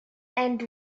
and